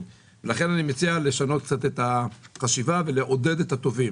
ומציע לשנות את החשיבה ולעודד את הטובים.